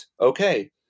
Okay